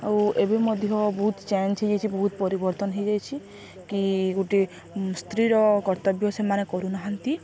ଆଉ ଏବେ ମଧ୍ୟ ବହୁତ୍ ଚେଞ୍ଜ୍ ହେଇଯାଇଛିି ବହୁତ୍ ପରିବର୍ତ୍ତନ ହେଇଯାଇଛି କି ଗୋଟେ ସ୍ତ୍ରୀ'ର କର୍ତ୍ତବ୍ୟ ସେମାନେ କରୁନାହାନ୍ତି